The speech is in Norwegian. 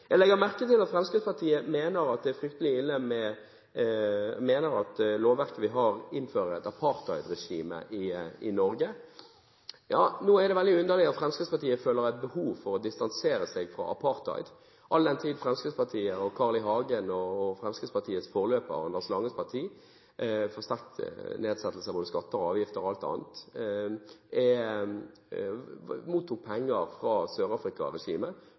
Jeg legger merke til at Fremskrittspartiet mener at lovverket vi har, innfører et apartheidregime i Norge. Nå er det veldig underlig at Fremskrittspartiet føler et behov for å distansere seg fra apartheid all den tid Fremskrittspartiet og Carl I. Hagen og Fremskrittspartiets forløper Anders Langes Parti til sterk nedsettelse av skatter, avgifter og offentlige inngrep og alt annet mottok penger fra